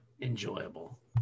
enjoyable